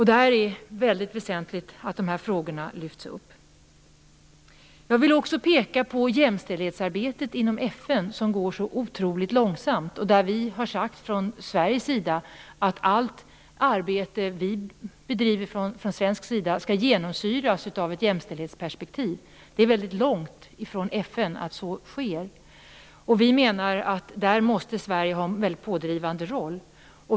Det är väldigt väsentligt att de här frågorna lyfts upp. Jag vill också peka på jämställdhetsarbetet inom FN, som går otroligt långsamt. Där har vi sagt att allt arbete vi bedriver från svensk sida skall genomsyras av ett jämställdhetsperspektiv. Det är väldigt viktigt för FN att så sker. Vi menar att Sverige där måste ha en pådrivande roll.